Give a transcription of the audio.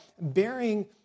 bearing